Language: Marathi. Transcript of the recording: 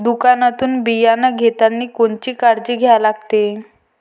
दुकानातून बियानं घेतानी कोनची काळजी घ्या लागते?